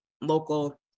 local